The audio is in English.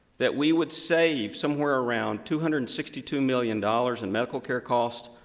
that we would save somewhere around two hundred and sixty two million dollars in medical care costs,